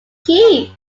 keys